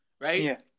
right